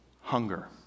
Hunger